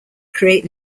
create